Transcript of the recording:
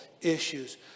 issues